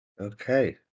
Okay